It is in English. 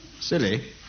silly